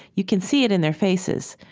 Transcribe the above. you can see it in their faces,